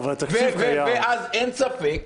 ואז אין ספק,